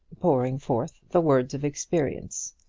pouring forth the words of experience.